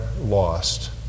lost